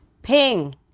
Ping